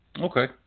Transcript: Okay